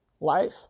life